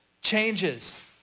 changes